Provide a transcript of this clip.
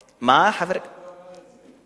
אף אחד לא אמר את זה.